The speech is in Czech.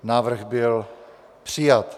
Návrh byl přijat.